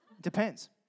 Depends